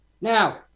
Now